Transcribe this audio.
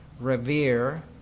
revere